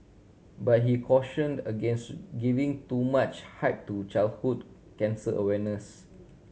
but he cautioned against giving too much hype to childhood cancer awareness